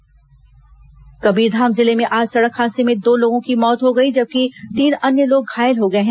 द्र्घटना जहर खुरानी कबीरधाम जिले में आज सड़क हादसे में दो लोगों की मौत हो गई जबकि तीन अन्य लोग घायल हो गए हैं